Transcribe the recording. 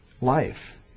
life